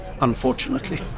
unfortunately